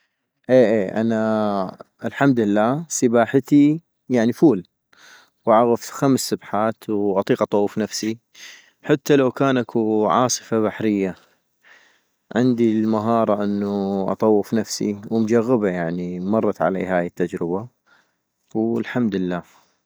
اي أي أنا الحمد لله سباحتي يعني فول - واعغف خمس سبحات واطيق اطوف نفسي - حتى لو كان اكو عاصفة بحرية ، عندي المهارة انو اطوف نفسي، ومجغبا يعني كن مرت علي هاي التجربة ، والحمد لله